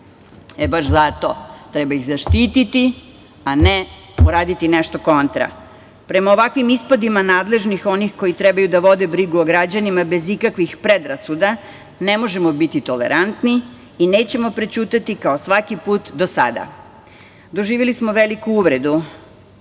Baš zato treba ih zaštititi, a ne uradi nešto kontra. Prema ovakvim ispadima nadležnih, onih koji trebaju da vode brigu o građanima bez ikakvih predrasuda, ne možemo biti tolerantni i nećemo prećutati kao svaki put do sada. Doživeli smo veliku uvredu,